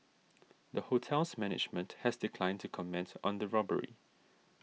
the hotel's management has declined to comment on the robbery